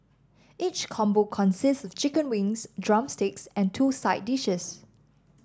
each combo consists of chicken wings drumsticks and two side dishes